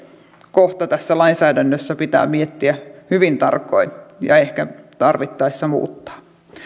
kohta tässä lainsäädännössä pitää miettiä hyvin tarkoin ja ehkä tarvittaessa muuttaa